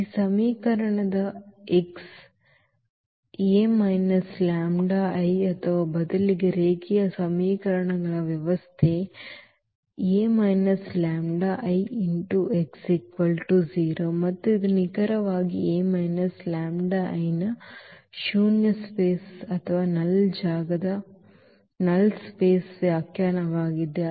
ಈ ಸಮೀಕರಣದ ಈ x A λI ಅಥವಾ ಬದಲಿಗೆ ರೇಖೀಯ ಸಮೀಕರಣಗಳ ವ್ಯವಸ್ಥೆ A λI x 0 ಮತ್ತು ಇದು ನಿಖರವಾಗಿ ಈ A λI ನ ಶೂನ್ಯ ಜಾಗದ ವ್ಯಾಖ್ಯಾನವಾಗಿದೆ